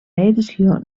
edició